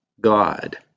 God